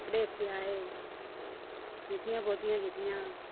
कपडे़ सेआए मित्तियां पोत्तियां कीतियां